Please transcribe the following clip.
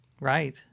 Right